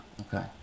Okay